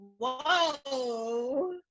whoa